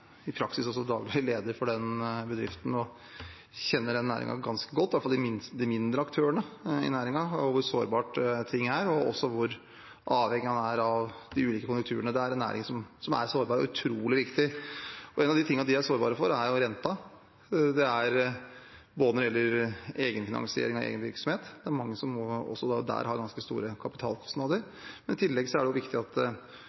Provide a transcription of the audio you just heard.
i praksis også er daglig leder for den bedriften. Jeg kjenner den næringen ganske godt, i alle fall de mindre aktørene – hvor sårbare ting er, og hvor avhengig man er av de ulike konjunkturene. Det er en næring som er sårbar og utrolig viktig. En av de tingene de er sårbare for, er renten når det gjelder egenfinansiering av egen virksomhet, det er mange som også der har ganske store